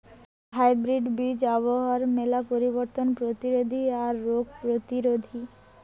hybrid বীজ আবহাওয়ার মেলা পরিবর্তন প্রতিরোধী আর রোগ প্রতিরোধী